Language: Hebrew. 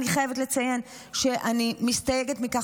אני חייבת לציין שאני מסתייגת מכך